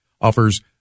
offers